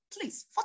please